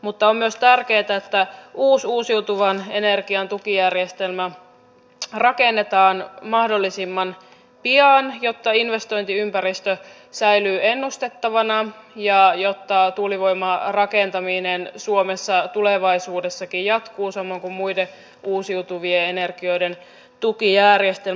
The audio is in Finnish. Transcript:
mutta on myös tärkeää että uusi uusiutuvan energian tukijärjestelmä rakennetaan mahdollisimman pian jotta investointiympäristö säilyy ennustettavana ja jotta tuulivoimarakentaminen suomessa tulevaisuudessakin jatkuu samoin kuin muiden uusiutuvien energioiden tukijärjestelmä